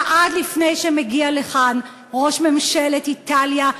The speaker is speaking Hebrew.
שעה לפני שמגיע לכאן ראש ממשלת איטליה,